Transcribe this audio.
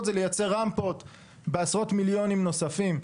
זה לייצר רמפות בעשרות מיליוני שקלים נוספים.